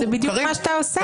זה בדיוק מה שאתה עושה.